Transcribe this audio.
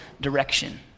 direction